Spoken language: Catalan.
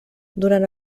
durant